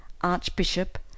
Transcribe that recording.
archbishop